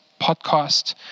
podcast